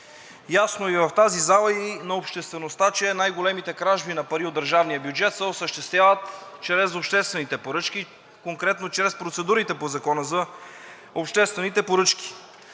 ясно е и в тази зала, и на обществеността, че най-големите кражби на пари от държавния бюджет се осъществяват чрез обществените поръчки, конкретно чрез процедурите по Закона за обществените поръчки.